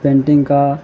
painting کا